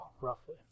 roughly